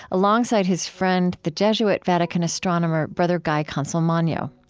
alongside his friend, the jesuit vatican astronomer brother guy consalmagno.